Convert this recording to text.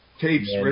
tapes